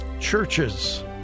Churches